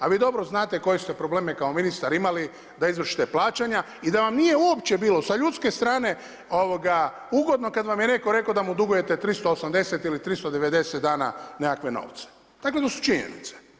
A vi dobro znate koje ste probleme kao ministar imali da izvršite plaćanja i da vam uopće nije bilo sa ljudske strane ugodno kada vam je netko rekao da mu dugujete 380 ili 390 dana nekakve novce, dakle to su činjenice.